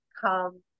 come